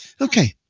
Okay